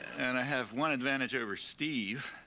and i have one advantage over steve,